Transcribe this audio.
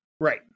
Right